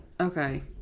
Okay